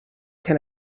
can